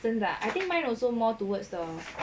真的 ah I think mine also more towards the